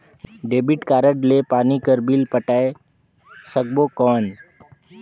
Debit card ले पानी कर बिल पटाय सकबो कौन?